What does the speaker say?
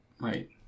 Right